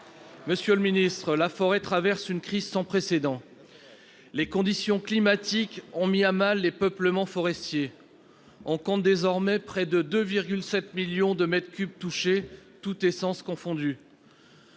Monsieur le ministre, la forêt traverse une crise sans précédent. Les conditions climatiques ont mis à mal les peuplements forestiers. On compte désormais près de 2,7 millions de mètres cubes touchés, toutes essences confondues